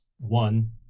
one